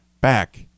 back